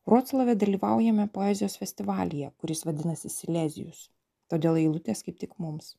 vroclave dalyvaujame poezijos festivalyje kuris vadinasi silezijus todėl eilutės kaip tik mums